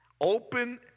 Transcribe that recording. Open